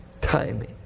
timing